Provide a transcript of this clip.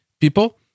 people